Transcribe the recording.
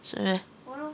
是 meh